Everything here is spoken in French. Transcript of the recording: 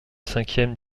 cinquième